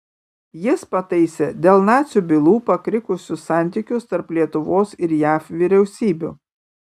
jis pataisė dėl nacių bylų pakrikusius santykius tarp lietuvos ir jav vyriausybių